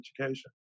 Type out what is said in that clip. education